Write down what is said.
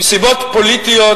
שמסיבות פוליטיות,